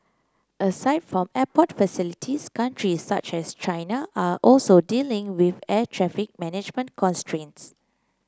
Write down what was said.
aside from airport facilities countries such as China are also dealing with air traffic management constraints